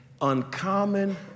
uncommon